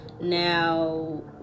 now